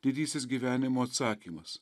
didysis gyvenimo atsakymas